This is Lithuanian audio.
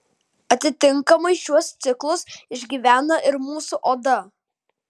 atitinkamai šiuos ciklus išgyvena ir mūsų oda